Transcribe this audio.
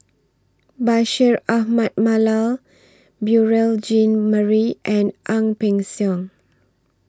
Bashir Ahmad Mallal Beurel Jean Marie and Ang Peng Siong